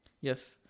Yes